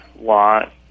lot